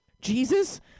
Jesus